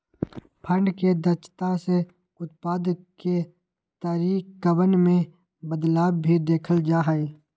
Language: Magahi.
फंड के दक्षता से उत्पाद के तरीकवन में बदलाव भी देखल जा हई